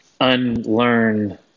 unlearn